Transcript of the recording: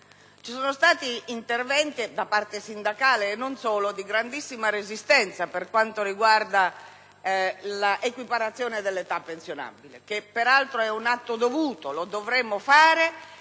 Ci sono stati interventi da parte sindacale e non solo di grandissima resistenza per quanto riguarda l'equiparazione dell'età pensionabile che, peraltro, è un atto dovuto: dovremo farlo.